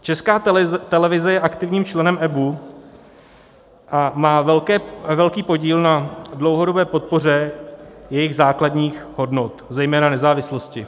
Česká televize je aktivním členem EBU a má velký podíl na dlouhodobé podpoře jejich základních hodnot, zejména nezávislosti.